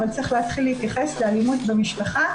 אבל צריך להתחיל להתייחס לאלימות במשפחה